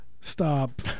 stop